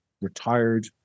Retired